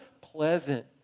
pleasant